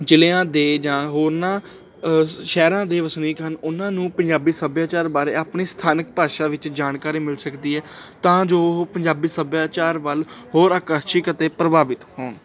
ਜ਼ਿਲ੍ਹਿਆਂ ਦੇ ਜਾਂ ਹੋਰਨਾਂ ਸ਼ਹਿਰਾਂ ਦੇ ਵਸਨੀਕ ਹਨ ਉਹਨਾਂ ਨੂੰ ਪੰਜਾਬੀ ਸੱਭਿਆਚਾਰ ਬਾਰੇ ਆਪਣੇ ਸਥਾਨਕ ਭਾਸ਼ਾ ਵਿੱਚ ਜਾਣਕਾਰੀ ਮਿਲ ਸਕਦੀ ਹੈ ਤਾਂ ਜੋ ਉਹ ਪੰਜਾਬੀ ਸੱਭਿਆਚਾਰ ਵੱਲ ਹੋਰ ਆਕਰਸ਼ਕ ਅਤੇ ਪ੍ਰਭਾਵਿਤ ਹੋਣ